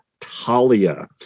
Talia